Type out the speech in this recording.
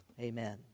amen